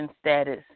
status